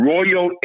Royal